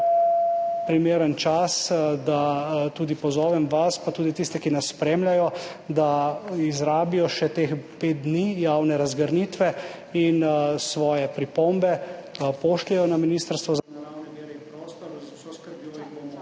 primeren čas, da tudi pozovem vas, pa tudi tiste, ki nas spremljajo, da izrabijo še teh 5 dni javne razgrnitve in svoje pripombe pošljejo na Ministrstvo za naravne vire in prostor. Z vso skrbjo jih bomo